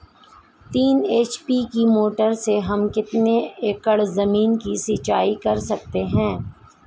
तीन एच.पी की मोटर से हम कितनी एकड़ ज़मीन की सिंचाई कर सकते हैं?